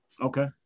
okay